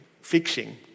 fixing